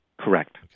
Correct